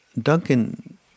Duncan